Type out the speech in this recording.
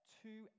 two